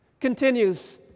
Continues